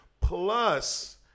plus